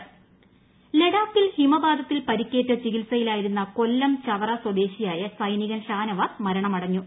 സൈനിക മരണം ലഡാക്കിൽ ഹിമപാതത്തിൽ പരിക്കേറ്റ് ചികിത്സയിലായിരുന്ന കൊല്ലം ചവറ സ്വദേശിയായ സൈനികൻ ഷാനവാസ് മരണമടഞ്ഞു